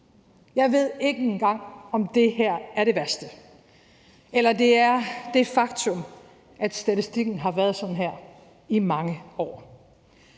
Jeg ved ikke engang, om det her er det værste, eller om det er det faktum, at statistikken har været sådan her i mange år